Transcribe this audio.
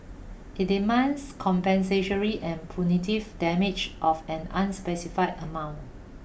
it demands compensatory and punitive damage of an unspecified amount